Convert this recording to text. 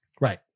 right